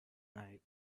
night